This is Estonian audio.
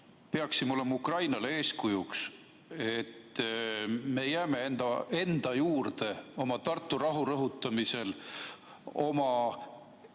peaksime olema Ukrainale eeskujuks, jäädes enda juurde Tartu rahu rõhutamisel, oma